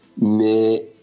mais